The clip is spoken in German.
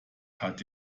hat